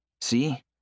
See